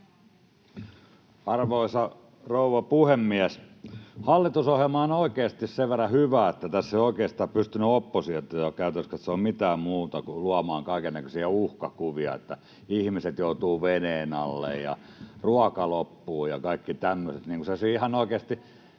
Arvoisa rouva puhemies! Hallitusohjelma on oikeasti sen verran hyvä, että tässä ei ole oikeastaan pystynyt oppositio käytännössä katsoen mitään muuta kuin luomaan kaikennäköisiä uhkakuvia, että ihmiset joutuvat veneen alle ja ruoka loppuu ja kaikki tämmöiset